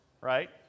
right